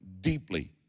deeply